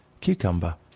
Cucumber